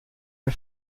wir